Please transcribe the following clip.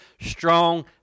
strong